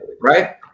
Right